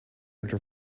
after